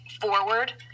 forward